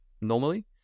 normally